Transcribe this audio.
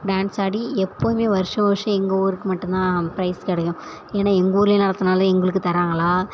dance ஆடி எப்போதுமே வருஷம் வருஷம் எங்கள் ஊருக்கு மட்டுந்தான் ப்ரைஸ் கிடைக்கும் ஏன்னா எங்கள் ஊர்லேயே நடத்துனதுனால எங்களுக்கு தர்றாங்களா